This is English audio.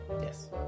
Yes